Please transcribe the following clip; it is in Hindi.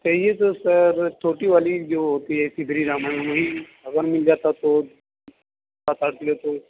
चाहिए तो सर छोटी वाली जो होती है सीधरी रामण अगर मिल जाता तो सात आठ किलो तो